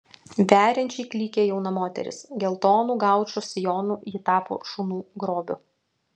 veriančiai klykė jauna moteris geltonu gaučo sijonu ji tapo šunų grobiu